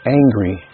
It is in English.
angry